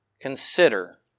Consider